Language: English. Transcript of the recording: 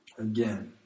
Again